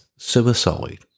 suicide